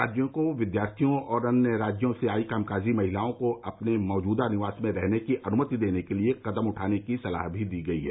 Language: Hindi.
राज्यों को विद्यार्थियों और अन्य राज्यों से आई कामकाजी महिलाओं को अपने मौजूदा निवास में रहने की अनुमति देने के लिए कदम उठाने की सलाह भी दी गई है